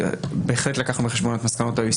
בהחלט לקחנו בחשבון את מסקנות ה-OECD.